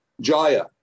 Jaya